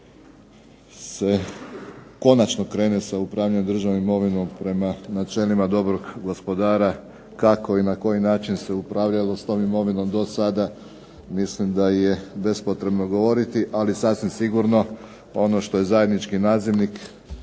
da se konačno krene sa upravljanjem državnom imovinom prema načelima dobrog gospodara. Kako i na koji način se upravljalo s tom imovinom do sada mislim da je bespotrebno govoriti, ali sasvim sigurno ono što je zajednički nazivnik